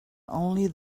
only